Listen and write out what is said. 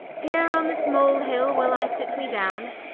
heere on this mole-hill will i sit me downe,